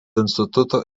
instituto